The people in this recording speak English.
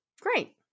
Great